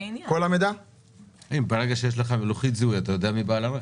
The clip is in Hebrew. ברגע שיש לך לוחית זיהוי אתה יודע מי בעל הרכב.